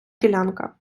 ділянка